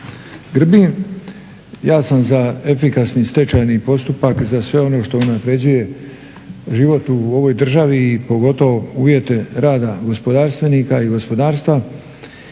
Grbin ja sam za efikasni stečajni postupak, za sve ono što unapređuje život u ovoj državi i pogotovo uvjete rada gospodarstvenika i gospodarstva.